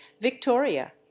victoria